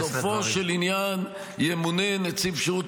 -- בסופו של עניין ימונה נציב שירות